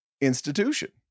institution